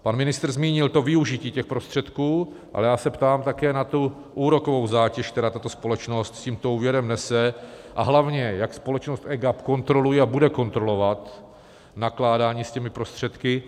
Pan ministr zmínil využití těch prostředků, ale já se ptám také na úrokovou zátěž, kterou společnost s tímto úvěrem nese, a hlavně, jak společnost EGAP kontroluje a bude kontrolovat nakládání s těmi prostředky.